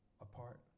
apart